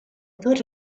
thought